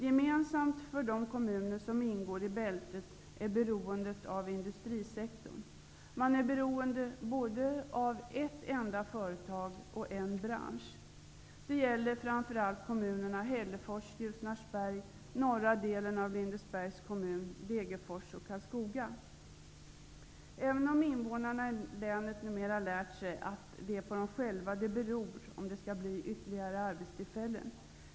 Gemensamt för de kommuner som ingår i bältet är beroendet av industrisektorn. Man är beroende av ett enda företag och en bransch. Det gäller framför allt kommunerna Hällefors, Ljusnarsberg, norra delen av Lindesbergs kommun, Degerfors och Invånarna i länet har numera lärt sig att det är på dem själva det beror om det skall bli ytterligare arbetstillfällen.